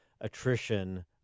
attrition